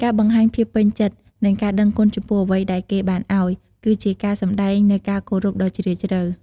ការបង្ហាញភាពពេញចិត្ត និងការដឹងគុណចំពោះអ្វីដែលគេបានឲ្យ គឺជាការសម្តែងនូវការគោរពដ៏ជ្រាលជ្រៅ។